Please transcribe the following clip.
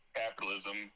capitalism